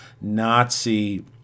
nazi